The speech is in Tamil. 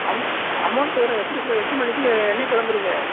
அமௌண்ட் அமௌண்ட் சொல்கிறேன் எத்தனை பேர் எத்தனி மணிக்கு என்றைக்கு கிளம்புறீங்க